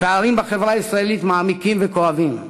הפערים בחברה הישראלית מעמיקים וכואבים,